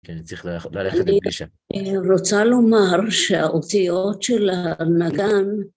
כן, אני צריך ללכת לפגישה. אני רוצה לומר שהאותיות של הנגן...